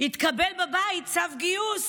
התקבל בבית צו גיוס